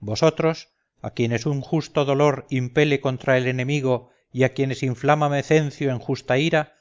vosotros a quienes un justo dolor impele contra el enemigo y a quienes inflama mecencio en justa ira